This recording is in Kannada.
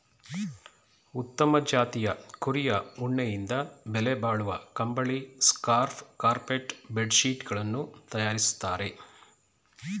ಉತ್ತಮ ಜಾತಿಯ ಕುರಿಯ ಉಣ್ಣೆಯಿಂದ ಬೆಲೆಬಾಳುವ ಕಂಬಳಿ, ಸ್ಕಾರ್ಫ್ ಕಾರ್ಪೆಟ್ ಬೆಡ್ ಶೀಟ್ ಗಳನ್ನು ತರಯಾರಿಸ್ತರೆ